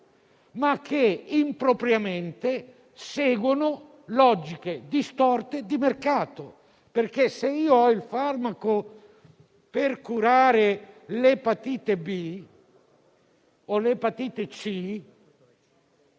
ma che impropriamente seguono logiche distorte di mercato, perché se abbiamo a disposizione il farmaco per curare l'epatite B o l'epatite C